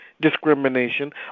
discrimination